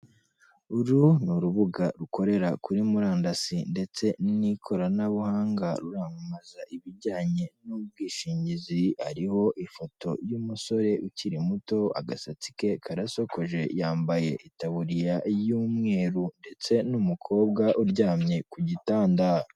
Uru ni urubuga rukorera kuri murandasi ndetse n'ikoranabuhanga, ruramamaza ibijyanye n'ubwishingizi. Hari ifoto y'umusore ukiri muto agasatsi ke karasokoje, yambaye itaburiya y'umweru ndetse n'umukobwa uryamye ku gitanda.